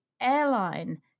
airline